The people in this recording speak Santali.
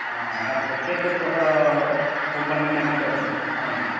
ᱚ ᱦᱮᱸ ᱛᱳ ᱪᱮᱫ ᱪᱮᱫ ᱠᱚ ᱠᱳᱢᱯᱟᱱᱤ ᱨᱮᱱᱟᱜ ᱡᱩᱛᱟᱹ ᱢᱮᱱᱟᱜᱼᱟ ᱟᱵᱮᱱ ᱴᱷᱮᱱ